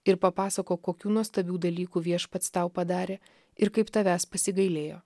ir papasakok kokių nuostabių dalykų viešpats tau padarė ir kaip tavęs pasigailėjo